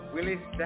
Willis